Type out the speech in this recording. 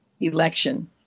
election